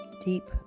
deep